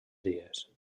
dies